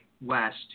west